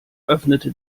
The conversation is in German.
öffnete